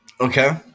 Okay